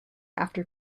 after